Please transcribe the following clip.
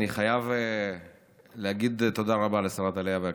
אני חייב להגיד תודה רבה לשרת העלייה והקליטה.